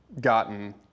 gotten